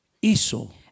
hizo